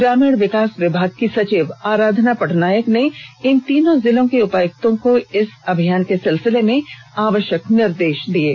ग्रामीण विकास विभाग की सचिव आराधना पटनायक ने इन तीनों जिलों के उपायुक्त को इस अभियान के सिलसिले में आवश्यक निर्देश दे दिए हैं